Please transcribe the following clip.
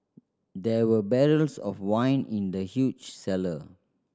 there were barrels of wine in the huge cellar